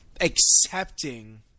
accepting